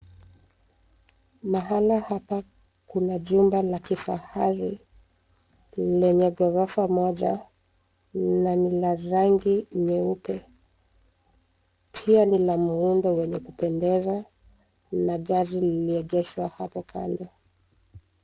Mahala hapa kuna jumba la kifahari lenye ghorofa moja na ni la rangi nyeupe. Pia ni la muundo wenye kupendeza na gari liliegeshwa hapo kando.